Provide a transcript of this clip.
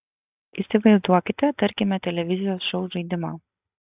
įsivaizduokite tarkime televizijos šou žaidimą